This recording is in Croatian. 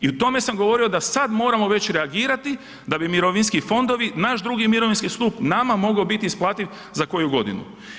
I o tome sam govorio da sad moramo već reagirati da bi mirovinski fondovi, naš drugi mirovinski stup nama mogao biti isplativ za koju godinu.